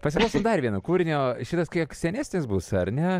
pasiklausom dar vieno kūrinio šitas kiek senesnis bus ar ne